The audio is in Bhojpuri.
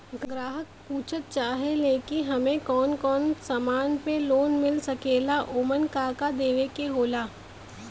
ग्राहक पुछत चाहे ले की हमे कौन कोन से समान पे लोन मील सकेला ओमन का का देवे के होला?